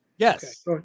Yes